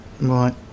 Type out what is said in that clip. Right